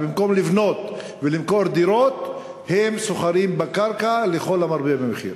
במקום לבנות ולמכור דירות הם סוחרים בקרקע לכל המרבה במחיר.